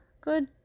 good